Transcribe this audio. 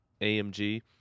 amg